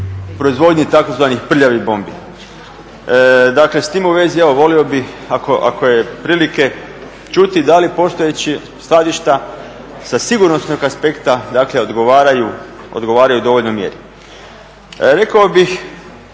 proizvodnji tzv. "prljavih bombi". Dakle, s tim u vezi evo volio bih ako je prilike čuti da li postojeća skladišta sa sigurnosnog aspekta dakle odgovaraju u dovoljnoj mjeri? Rekao bih,